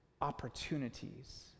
opportunities